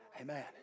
Amen